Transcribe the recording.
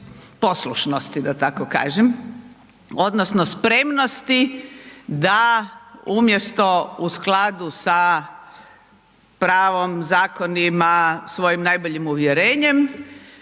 poslušnosti da tako kažem odnosno spremnosti da umjesto u skladu sa pravom, zakonima, svojim najboljim uvjerenjem